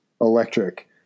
electric